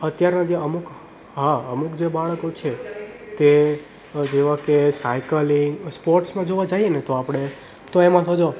અત્યારના જે અમુક હા અમુક જે બાળકો છે તે જેવા કે સાયકલિંગ સ્પોર્ટ્સમાં જોવા જાઈએને તો આપણે તો એમાં જો